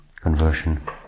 conversion